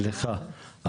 סליחה,